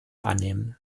annehmen